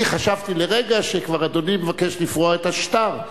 אני חשבתי לרגע שאדוני כבר מבקש לפרוע את השטר,